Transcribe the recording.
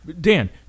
Dan